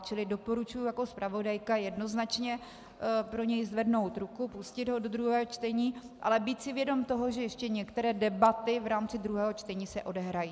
Čili doporučuji jako zpravodajka jednoznačně pro něj zvednout ruku, pustit ho do druhého čtení, ale být si vědom toho, že ještě některé debaty v rámci druhého čtení se odehrají.